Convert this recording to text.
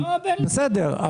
בסדר,